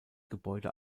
gebäude